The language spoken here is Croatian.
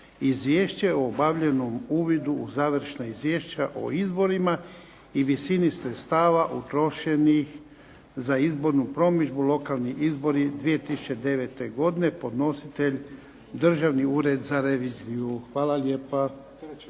Izvješće o obavljenom uvidu u završna izvješća o izborima i visini sredstava utrošenih za izbornu promidžbu, lokalni izbori 2009. godine, podnositelj Državni ured za reviziju. Hvala lijepa.